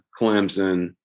Clemson